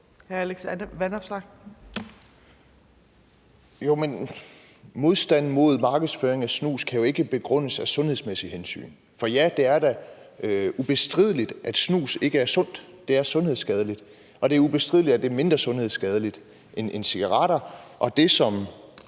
15:14 Alex Vanopslagh (LA): Jo, men en modstand mod markedsføring af snus kan jo ikke begrundes af sundhedsmæssige hensyn. For ja, det er da ubestrideligt, at snus ikke er sundt – det er sundhedsskadeligt – og det er ubestrideligt, at det er mindre sundhedsskadeligt end cigaretter. Og det, som